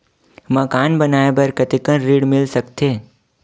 मकान बनाये बर कतेकन ऋण मिल सकथे?